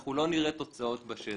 אנחנו לא נראה תוצאות בשטח,